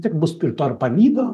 tik bus pikto pavydo